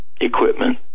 equipment